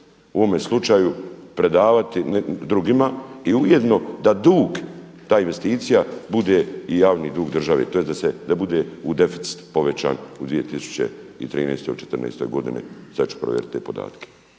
u ovome slučaju predavati drugima i ujedno da dug ta investicija bude i javni dug države, tj. da bude deficit povećan u 2013. ili 2014. godini sada ću provjeriti te podatke.